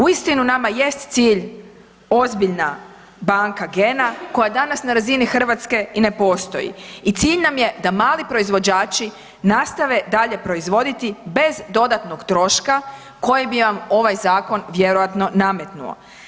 Uistinu nama jest cilj ozbiljna banka gena koja danas na razini Hrvatske i ne postoji i cilj nam je da mali proizvođači nastave dalje proizvoditi bez dodatnog troška koji bi im ovaj zakon vjerojatno nametnuo.